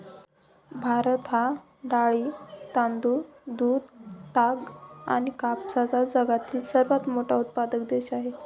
भारत हा डाळी, तांदूळ, दूध, ताग आणि कापसाचा जगातील सर्वात मोठा उत्पादक देश आहे